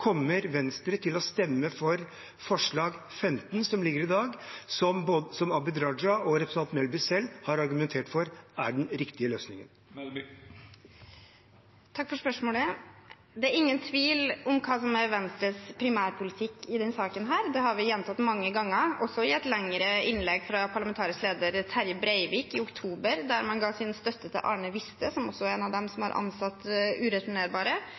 Kommer Venstre til å stemme for forslag nr. 15 som ligger til behandling i dag, som Abid Q. Raja og Guri Melby selv har argumentert for er den riktige løsningen? Takk for spørsmålet. Det er ingen tvil om hva som er Venstres primærpolitikk i denne saken. Det har vi sagt mange ganger, også i et lengre innlegg fra parlamentarisk leder, Terje Breivik, i oktober, der man ga sin støtte til Arne Viste, som også er en av dem som har ansatt ureturnerbare,